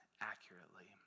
accurately